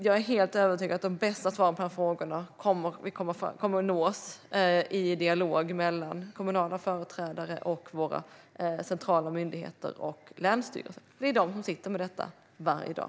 Jag är övertygad om att de bästa svaren på dessa frågor kommer att nås i dialog mellan kommunala företrädare, våra centrala myndigheter och länsstyrelser. Det är de som sitter med detta varje dag.